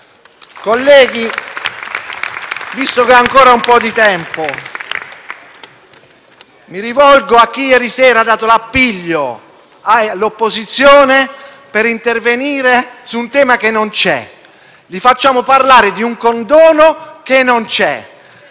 Colleghi, visto che ho ancora un po’ di tempo, mi rivolgo a chi ieri sera ha dato appiglio all’opposizione per intervenire su un tema che non c’è. Li facciamo parlare di un condono che non c’è.